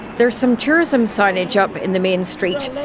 there's some tourism signage up in the main street,